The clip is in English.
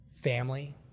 family